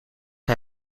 hij